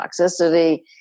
toxicity